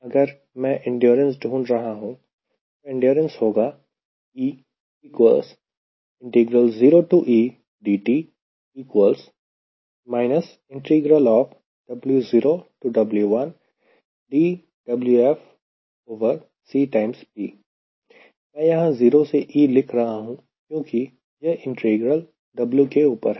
अगर मैं इंड्योरेन्स ढूंढ रहा हूं तो इंड्योरेन्स होगा मैं यहां 0 से E लिख रहा हूं क्योंकि यह इंटीग्रल W के ऊपर है